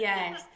Yes